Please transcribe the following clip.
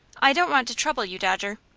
i don't want to trouble you, dodger.